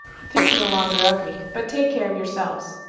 think no longer of me, but take care of yourselves.